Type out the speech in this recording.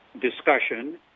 discussion